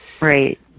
Right